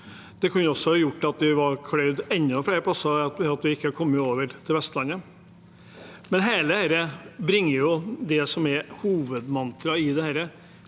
Det kunne også gjort at det var kløyvd enda flere plasser, slik at vi ikke hadde kommet over til Vestlandet. Alt dette bringer oss til det som er hovedmantraet,